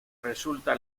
resulta